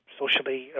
socially